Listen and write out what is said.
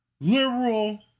liberal